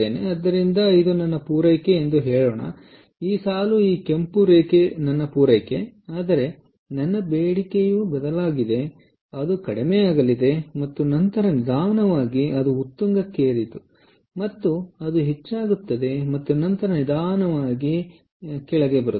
ಆದ್ದರಿಂದ ಇದು ನನ್ನ ಪೂರೈಕೆ ಎಂದು ಹೇಳೋಣ ಈ ಸಾಲು ಈ ಕೆಂಪು ರೇಖೆ ನನ್ನ ಪೂರೈಕೆ ಆದರೆ ನನ್ನ ಬೇಡಿಕೆಯು ಬದಲಾಗಲಿದೆ ಅದು ಕಡಿಮೆಯಾಗಲಿದೆ ಮತ್ತು ನಂತರ ನಿಧಾನವಾಗಿ ಅದು ಉತ್ತುಂಗಕ್ಕೇರಿತು ಮತ್ತು ಅದು ಹೆಚ್ಚಾಗುತ್ತದೆ ಮತ್ತು ನಂತರ ನಿಧಾನವಾಗಿ ಇಲ್ಲಿಗೆ ಬರುತ್ತದೆ